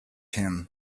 him